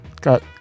got